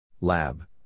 Lab